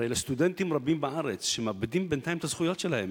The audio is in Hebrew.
הרי סטודנטים רבים בארץ מאבדים בינתיים את הזכויות שלהם,